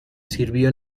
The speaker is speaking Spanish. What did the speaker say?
sirvió